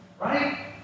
Right